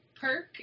perk